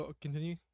Continue